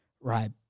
right